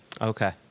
Okay